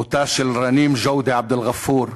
מותה של רנים ג'ודה עבד-אלע'פור,